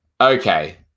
Okay